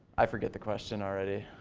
i forget the question already.